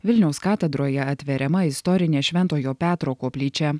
vilniaus katedroje atveriama istorinė šventojo petro koplyčia